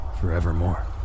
forevermore